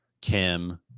Kim